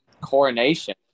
Coronation